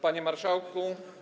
Panie Marszałku!